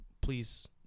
please